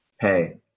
Hey